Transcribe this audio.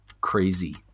Crazy